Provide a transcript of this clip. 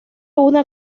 una